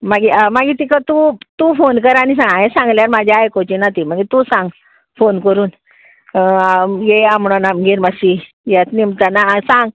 मागीर आं मागीर तिका तूं तूं फोन कर आनी सांग हांवें सांगल्यार म्हाजी आयकुची ना ती मागीर तूं सांग फोन करून येया म्हणोन आमगेर मातशी येत निमताना आ सांग